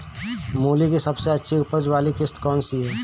मूली की सबसे अच्छी उपज वाली किश्त कौन सी है?